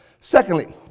Secondly